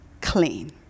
clean